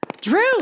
Drew